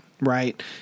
Right